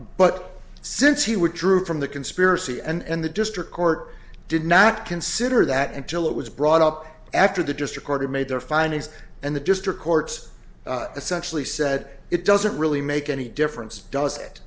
but since he would drew from the conspiracy and the district court did not consider that until it was brought up after the just recorded made their findings and the district courts essentially said it doesn't really make any difference does it